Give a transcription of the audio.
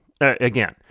Again